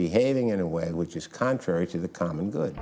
behaving in a way which is contrary to the common good